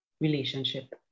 relationship